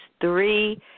three